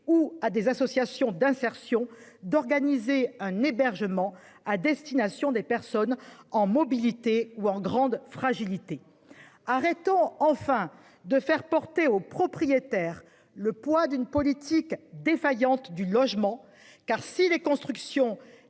ou à des associations d'insertion, d'organiser un hébergement à destination des personnes en mobilité ou en grande fragilité. Arrêtons enfin de faire porter aux propriétaires le poids d'une politique défaillante du logement. Car si les constructions